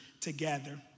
together